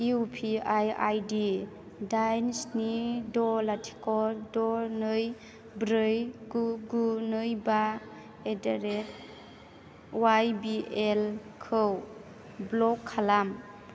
UPI ID दाइन स्नि द' लाथिख' द' नै ब्रै गु गु नै बा एडारेट वायबिएल खौ ब्ल'क खालाम